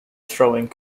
throwing